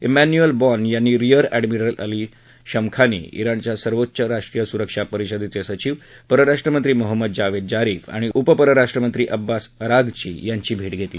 Emmanuel Bonne यांनी rear admiral Ali Shamkhani इराणच्या सर्वोच्च राष्ट्रीय सुरक्षा परिषदेचे सचिव परराष्ट्रमंत्री मोहम्मद जावेद जारीफ आणि उपपरराष्ट्रमंत्री अब्बास अराघची यांची भेट घेतली